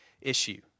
issue